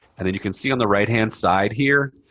and then you can see on the right hand side here